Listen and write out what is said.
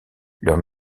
leur